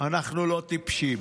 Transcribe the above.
אנחנו לא טיפשים.